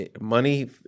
money